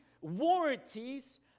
warranties